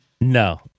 No